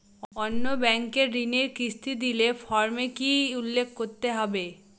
অন্য ব্যাঙ্কে ঋণের কিস্তি দিলে ফর্মে কি কী উল্লেখ করতে হবে?